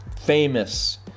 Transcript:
famous